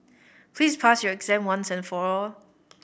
please pass your exam once and for all